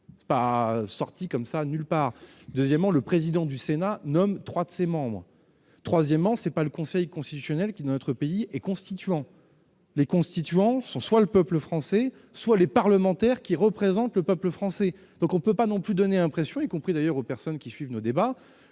elle n'est pas sortie de nulle part. Deuxièmement, le président du Sénat nomme trois de ses membres. Troisièmement, ce n'est pas le Conseil constitutionnel qui, dans notre pays, est le Constituant. Le Constituant est, soit le peuple français, soit les parlementaires, qui représentent le peuple français. On ne peut pas présenter, notamment aux personnes qui suivent nos débats,